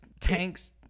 tanks